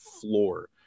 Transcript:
floor